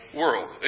world